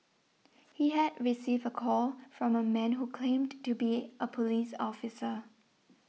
he had received a call from a man who claimed to be a police officer